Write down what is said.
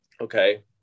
okay